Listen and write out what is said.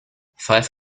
five